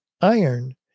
iron